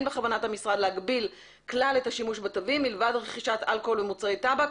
בכוונת המשרד להגביל כלל את השימוש בתווים מלבד רכישת אלכוהול ומוצרי טבק,